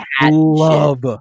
love